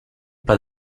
pas